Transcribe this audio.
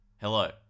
hello